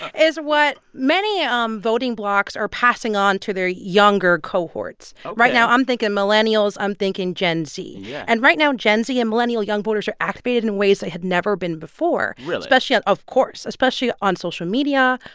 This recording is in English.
is what many um voting blocs are passing on to their younger cohorts ok right now, i'm thinking millennials, i'm thinking gen z yeah and right now, gen z and millennial young voters are activated in ways they had never been before. really. especially on of course especially on social media,